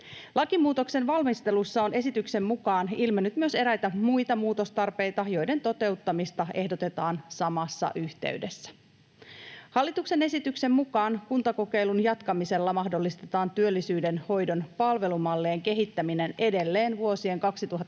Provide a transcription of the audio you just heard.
Lakimuutoksen valmistelussa on esityksen mukaan ilmennyt myös eräitä muita muutostarpeita, joiden toteuttamista ehdotetaan samassa yhteydessä. Hallituksen esityksen mukaan kuntakokeilun jatkamisella mahdollistetaan työllisyyden hoidon palvelumallien kehittäminen edelleen vuosien 2023